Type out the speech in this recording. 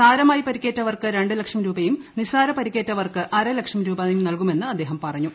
സാരമായി പരിക്കേറ്റവർക്ക് രണ്ട് ലക്ട്ർ രൂപയും നിസാരപരിക്കേറ്റവർക്ക് അരലക്ഷം രൂപ നൽകുമെന്നും അദ്ദേഹം പറഞ്ഞു